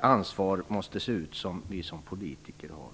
ansvar som vi politiker har.